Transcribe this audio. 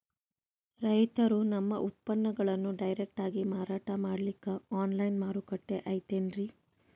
ರೈತರು ತಮ್ಮ ಉತ್ಪನ್ನಗಳನ್ನು ಡೈರೆಕ್ಟ್ ಆಗಿ ಮಾರಾಟ ಮಾಡಲಿಕ್ಕ ಆನ್ಲೈನ್ ಮಾರುಕಟ್ಟೆ ಐತೇನ್ರೀ?